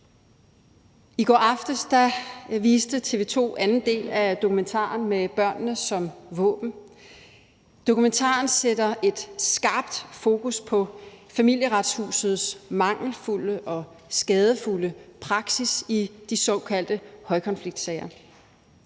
I går aftes viste TV 2 anden del af dokumentaren »Med børnene som våben«. Dokumentaren sætter et skarpt fokus på Familieretshusets mangelfulde og skadelige praksis i de såkaldte højkonfliktsager.